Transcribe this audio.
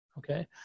Okay